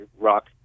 rock